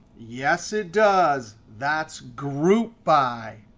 yes, it does. that's group by.